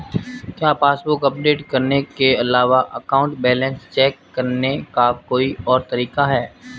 क्या passbook update करने के अलावा अकाउंट बैलेंस चेक करने का कोई और तरीका है?